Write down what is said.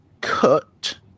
cut